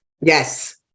yes